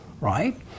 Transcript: right